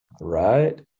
right